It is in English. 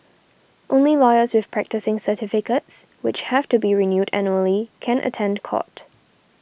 only lawyers with practising certificates which have to be renewed annually can attend court